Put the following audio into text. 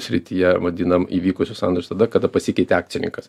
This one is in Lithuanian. srityje vadinam įvykusius sandorius tada kada pasikeitė akcininkas